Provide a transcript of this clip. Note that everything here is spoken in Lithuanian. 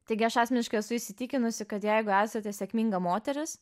taigi aš asmeniškai esu įsitikinusi kad jeigu esate sėkminga moteris